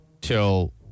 till